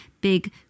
big